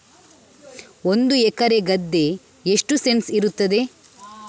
ಒಂದು ಎಕರೆ ಗದ್ದೆ ಎಷ್ಟು ಸೆಂಟ್ಸ್ ಇರುತ್ತದೆ?